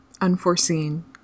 unforeseen